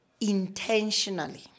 intentionally